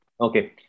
Okay